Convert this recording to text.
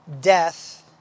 death